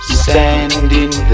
standing